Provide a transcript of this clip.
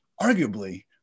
arguably